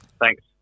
Thanks